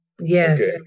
Yes